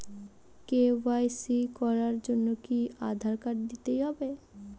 KYC করার জন্য কি আধার কার্ড দিতেই হবে?